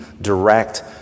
direct